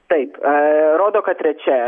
taip rodo kad trečia